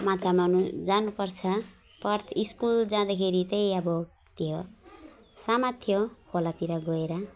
माछा मार्नु जानुपर्छ पर स्कुल जाँदाखेरि चाहिँ अब के हो समात्थ्यो खोलातिर गएर